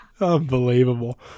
Unbelievable